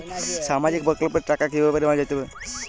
সামাজিক প্রকল্পের টাকা কিভাবে নেওয়া যাবে?